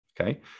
okay